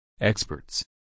Experts